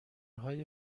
های